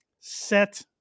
set